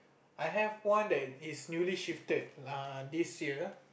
I have one that is newly shifted err this year